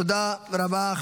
תודה רבה.